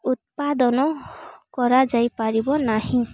ଉତ୍ପାଦନ କରାଯାଇପାରିବ ନାହିଁ